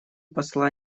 посла